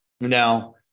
Now